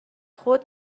خود